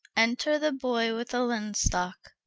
enter the boy with a linstock.